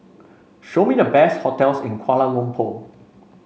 show me the best hotels in Kuala Lumpur